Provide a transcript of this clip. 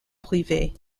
privées